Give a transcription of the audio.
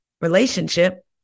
relationship